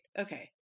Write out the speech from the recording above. Okay